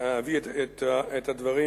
אביא את הדברים